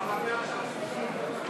חבר הכנסת